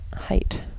height